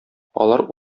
алар